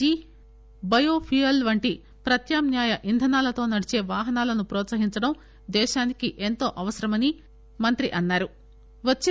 G biofuel వంటి ప్రత్యమ్నాయ ఇంధనాలతో నడిచే వాహనాలను హ్రోత్సహించడం దేశానికి ఎంతో అవసరమని కేంద్ర మంత్రి అన్సారు